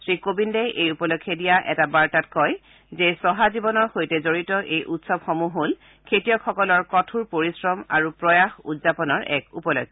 শ্ৰীকোবিন্দে এই উপলক্ষে দিয়া এটা বাৰ্তাত কয় যে চহা জীৱনৰ লগত জড়িত এই উৎসৱসমূহ হ'ল খেতিয়কসকলৰ কঠোৰ পৰিশ্ৰম আৰু প্ৰয়াস উদযাপনৰ এক উপলক্ষ